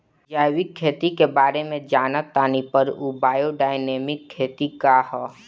जैविक खेती के बारे जान तानी पर उ बायोडायनमिक खेती का ह?